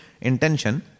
intention